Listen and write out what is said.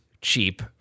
cheap